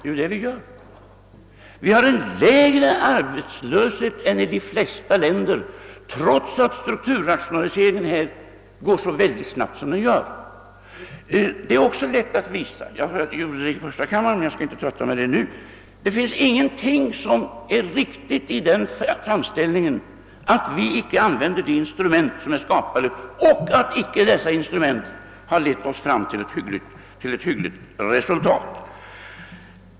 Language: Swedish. Jo, det är det vi gör. Vi har en lägre arbetslöshet än i de flesta länder trots att strukturrationaliseringen här går så oerhört snabbt. Det är också lätt att visa; jag gjorde det i första kammaren och skall inte trötta med det nu. Ingenting är riktigt i påståendet att vi icke använder de instrument som är skapade och att dessa instrument icke har lett oss fram till ett hyggligt resultat.